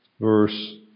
verse